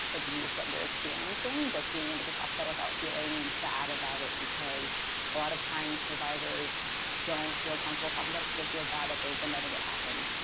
abuse that you're experiencing, just being able to talk about it without feeling bad about it, because a lot of times, survivors don't feel comfortable talking about it, because they feel bad that they've been letting it happen.